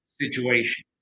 situation